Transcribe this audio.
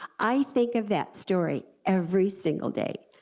i think of that story every single day,